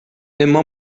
imma